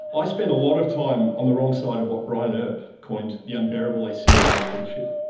i spend a lot of time on the wrong side of what brian earp coined the unbearable asymmetry of bullshit.